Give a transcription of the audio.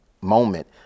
moment